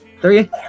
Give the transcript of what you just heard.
Three